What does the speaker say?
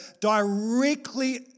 directly